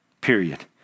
Period